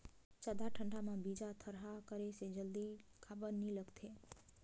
जादा ठंडा म बीजा थरहा करे से जल्दी काबर नी निकलथे?